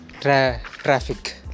traffic